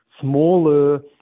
smaller